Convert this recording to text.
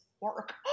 work